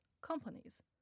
companies